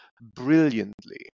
brilliantly